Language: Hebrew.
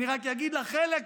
אני רק אגיד לך חלק,